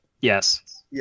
Yes